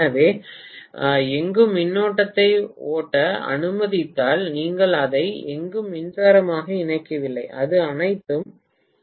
எனவே எங்கும் மின்னோட்டத்தை ஓட்ட அனுமதித்தால் நீங்கள் அதை எங்கும் மின்சாரமாக இணைக்கவில்லை அது அனைத்தும் பரஸ்பரம் இணைக்கப்பட்டுள்ளது